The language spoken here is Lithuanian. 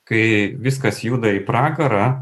kai viskas juda į pragarą